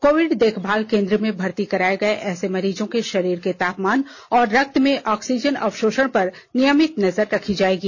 Covid देखभाल केंद्र में भर्ती कराए ऐसे मरीजों के शरीर के तापमान और रक्त में ऑक्सीजन अवशोषण पर नियमित नजर रखी जाएगी